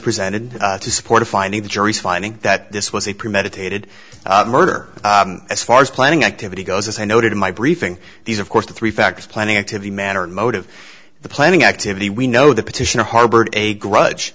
presented to support a finding the jury's finding that this was a premeditated murder as far as planning activity goes as i noted in my briefing these of course the three factors planning activity manner and motive the planning activity we know the petitioner harbored a grudge